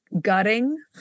gutting